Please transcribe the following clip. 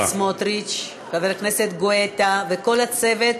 חבר הכנסת סמוטריץ, חבר הכנסת גואטה וכל הצוות